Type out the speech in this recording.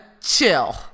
chill